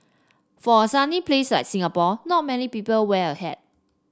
for a sunny place like Singapore not many people wear a hat